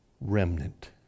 remnant